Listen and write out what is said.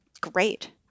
great